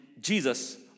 Jesus